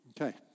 Okay